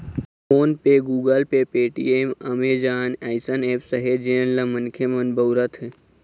phone Pay, Google Pay, Paytm, Amazon अइसन apps हे जेन ल मनखे मन बउरत हें